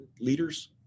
leaders